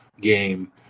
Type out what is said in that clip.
game